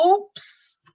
Oops